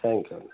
thank you అండి